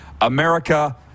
America